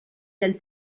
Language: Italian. del